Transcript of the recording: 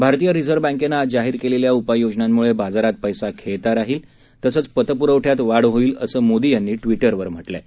भारतीय रिझर्व्ह बँकेनं आज जाहीर केलेल्या उपाययोजनांम्ळे बाजारात पैसा खेळता राहील तसंच पतप्रवठ्यात वाढ होईल असं मोदी यांनी ट्विटरवर म्हटलं आहे